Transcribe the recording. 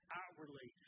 outwardly